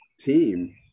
team